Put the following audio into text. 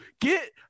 get